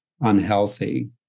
unhealthy